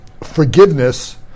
forgiveness